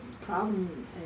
problem